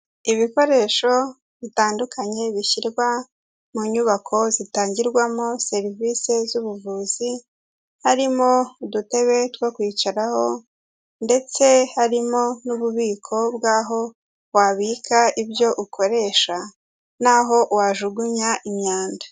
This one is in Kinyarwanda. Ibikoresho bitandukanye bishyirwa mu nyubako zitangirwamo serivise z'ubuvuzi, harimo udutebe two kwicaraho ndetse harimo n'ububiko bw'aho wabika ibyo ukoresha n'aho wajugunya imyanda.